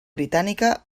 britànica